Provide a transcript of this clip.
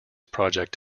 project